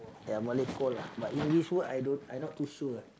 ya Malay call lah but Indonesia I don't I not too sure ah